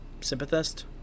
sympathist